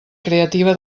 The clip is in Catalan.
creativa